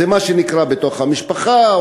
זה מה שנקרא "בתוך המשפחה",